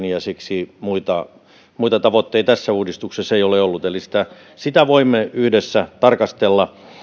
ja siksi muita muita tavoitteita tässä uudistuksessa ei ole ollut eli sitä sitä voimme yhdessä tarkastella